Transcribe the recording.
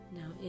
now